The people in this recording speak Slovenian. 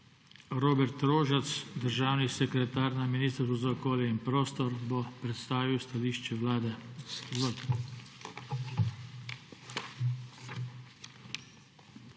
Robert Rožac, državni sekretar na Ministrstvu za okolje in prostor, bo predstavil stališče Vlade.